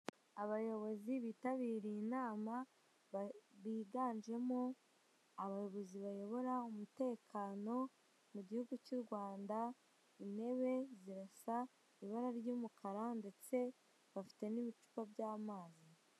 Abayobozi bitabiriye inama biganjemo abayobozi bayobora umutekano mu gihugu cy'u rwanda intebe zirasa ibara ry'umukara ndetse bafite n'ibicupa by'amazi .